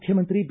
ಮುಖ್ಯಮಂತ್ರಿ ಬಿ